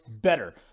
better